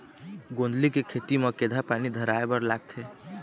गोंदली के खेती म केघा पानी धराए बर लागथे?